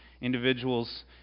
individuals